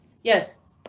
yes,